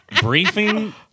briefing